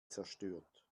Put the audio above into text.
zerstört